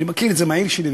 אני מכיר את זה מהעיר שלי,